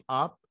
up